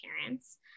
parents